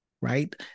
right